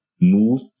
move